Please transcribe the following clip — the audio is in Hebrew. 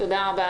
תודה רבה.